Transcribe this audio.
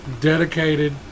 dedicated